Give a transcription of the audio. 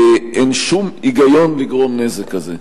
אין שום היגיון לגרום נזק כזה.